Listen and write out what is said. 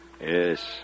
Yes